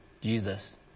Jesus